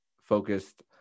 focused